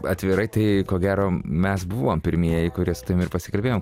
atvirai tai ko gero mes buvom pirmieji kurie su tavimi ir pasikalbėjom